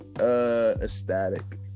ecstatic